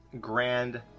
grand